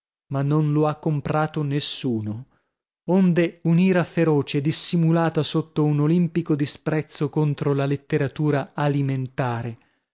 ma non lo ha comprato nessuno onde un'ira feroce dissimulata sotto un olimpico disprezzo contro la letteratura alimentare